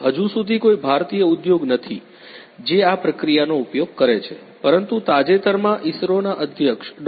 હજી સુધી કોઈ ભારતીય ઉદ્યોગ નથી જે આ પ્રક્રિયાનો ઉપયોગ કરે છે પરંતુ તાજેતરમાં ઇસરોના અધ્યક્ષ ડો